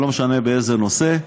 לא משנה באיזה נושא,